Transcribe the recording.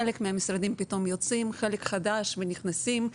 חלק מהמשרדים פתאום יוצאים, חלק חדש ונכנסים,